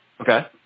Okay